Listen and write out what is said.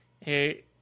hey